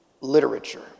literature